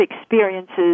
experiences